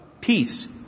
peace